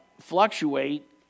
fluctuate